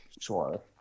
Sure